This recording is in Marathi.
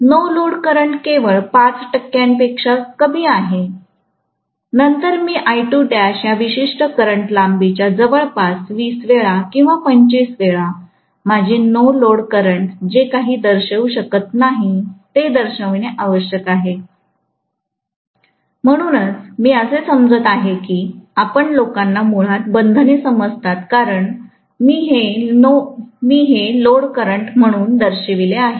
नो लोड करंट केवळ 5 पेक्षा कमी आहे नंतर मीया विशिष्ट करंट लांबीच्या जवळपास 20 वेळा किंवा 25 वेळा माझे नो लोडकरंट जे काही दर्शवू शकत नाही ते दर्शविणे आवश्यक आहे म्हणूनच मी असे समजत आहे कीआपण लोकांना मुळात बंधने समजतात कारण मी हे लोडकरंट म्हणून दर्शविले आहे